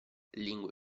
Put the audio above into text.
lingue